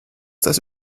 das